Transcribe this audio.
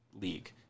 league